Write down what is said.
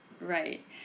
Right